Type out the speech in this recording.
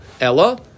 Ella